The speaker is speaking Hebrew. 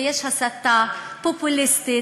ויש הסתה פופוליסטית,